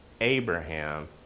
Abraham